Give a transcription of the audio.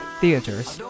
theaters